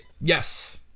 Yes